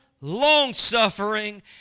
longsuffering